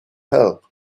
help